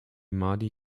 mahdi